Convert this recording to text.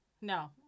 no